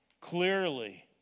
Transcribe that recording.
clearly